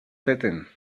setting